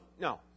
no